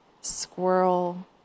squirrel